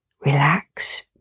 relax